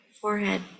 forehead